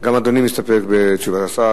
אדוני מסתפק בתשובת השר.